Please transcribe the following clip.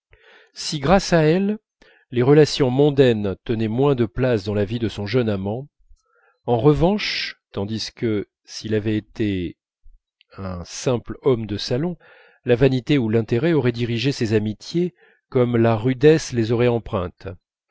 si grâce à elle les relations mondaines tenaient moins de place dans la vie de son jeune amant en revanche tandis que s'il avait été un simple homme de salon la vanité ou l'intérêt auraient dirigé ses amitiés comme la rudesse les aurait empreintes